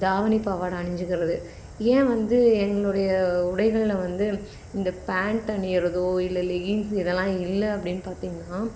தாவணி பாவாடை அணிஞ்சிக்குறது ஏன் வந்து எங்களுடைய உடைகளில் வந்து இந்த பேன்ட் அணியிறதோ இல்லை லேகின்ஸ்ஸு இதல்லாம் இல்லை அப்படின்னு பார்த்திங்கனா